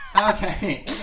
Okay